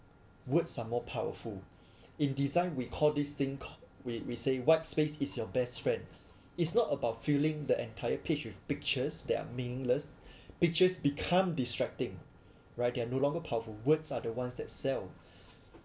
words are more powerful in design we call this thing we we say white space is your best friend it's not about filling the entire page with pictures that are meaningless pictures become distracting right they're no longer powerful words are the ones that sell